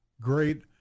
great